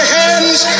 hands